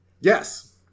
Yes